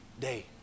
day